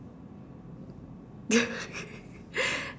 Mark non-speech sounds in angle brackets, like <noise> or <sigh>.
<laughs>